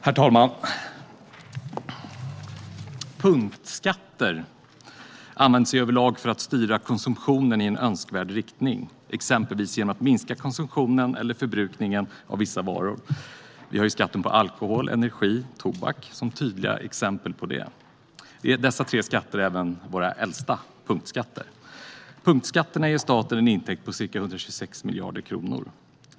Herr talman! Punktskatter används överlag för att styra konsumtionen i en önskvärd riktning, exempelvis genom att minska konsumtionen eller förbrukningen av vissa varor. Vi har skatterna på alkohol, energi och tobak som tydliga exempel på det. Dessa tre skatter är även våra äldsta punktskatter. Punktskatterna ger staten en intäkt på ca 126 miljarder kronor.